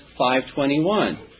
5.21